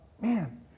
man